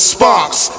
Sparks